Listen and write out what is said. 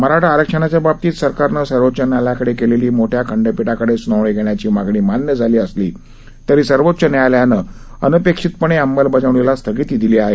मराठा आरक्षणाच्या बाबतीत सरकारने सर्वोच्च न्यायालयाकडे केलेली मोठ्या खंडपिठाकडे सुनावणी घेण्याची मागणी मान्य झाली असली तरी सर्वोच्च न्यायालयानं अनपेक्षितपणे अंमलबजावणीला स्थगिती दिली आहे